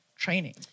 Training